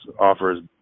offers